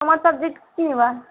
তোমার সাবজেক্ট কী নেবে